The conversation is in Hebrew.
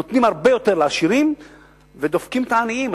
נותנים הרבה יותר לעשירים ודופקים את העניים.